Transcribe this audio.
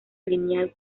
lineal